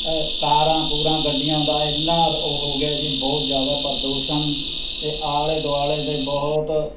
ਅ ਕਾਰਾਂ ਕੂਰਾਂ ਗੱਡੀਆਂ ਦਾ ਐਨਾ ਰ ਉਹ ਹੋ ਗਿਆ ਜੀ ਬਹੁਤ ਜ਼ਿਆਦਾ ਪ੍ਰਦੂਸ਼ਣ ਅਤੇ ਆਲੇ ਦੁਆਲੇ ਦੇ ਬਹੁਤ